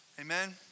Amen